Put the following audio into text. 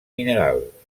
mineral